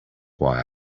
why